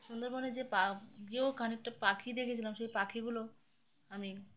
সুন্দরবনে যে পা গিয়েও খানিকটা পাখি দেখেছিলাম সেই পাখিগুলো আমি